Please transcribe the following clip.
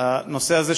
הנושא הזה,